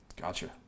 Gotcha